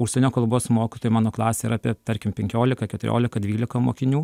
užsienio kalbos mokytojui mano klasė yra apie tarkim penkiolika keturiolika dvylika mokinių